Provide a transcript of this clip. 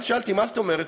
שאלתי: מה זאת אומרת?